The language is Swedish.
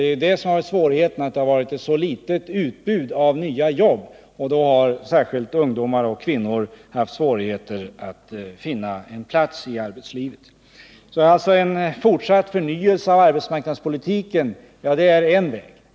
Problemet har varit att det har funnits så litet utbud av nya jobb, och då har särskilt ungdomar och kvinnor haft svårigheter att finna en plats i arbetslivet. En fortsatt förnyelse av arbetsmarknadspolitiken är alltså en väg att gå.